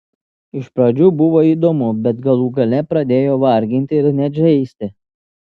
iš pradžių buvo įdomu bet galų gale pradėjo varginti ir net žeisti